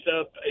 up